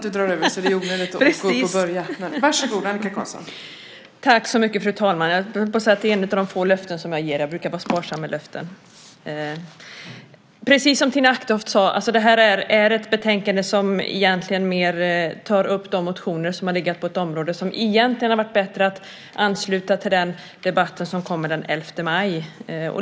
Fru talman! Precis som Tina Acketoft sade är detta ett betänkande där vi mer tar upp motioner på ett område som det egentligen hade varit bättre att ansluta till debatten den 11 maj.